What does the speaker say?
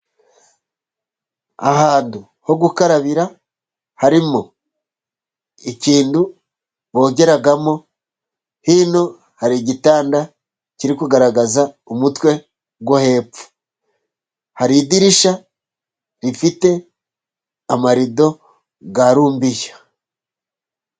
Ahantu ho gukarabira harimo ikintu bogeramo, hino hari igitanda kiri kugaragaza umutwe wo hepfo, hari idirishya rifite amarido ya rumbiya.